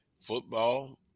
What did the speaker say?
football